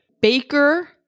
baker